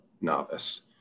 novice